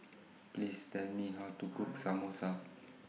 Please Tell Me How to Cook Samosa